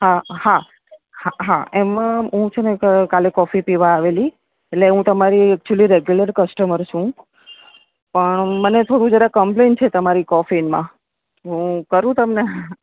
હાં હાં હાં એમ હું છે ને કાલે કોફી પીવા આવેલી એટલે હું તમારી એકચ્યુલી રેગ્યુલર કસ્ટમર છું પણ મને થોડું જરાક કમ્પલેન છે તમારી કોફીમાં હું કરું તમને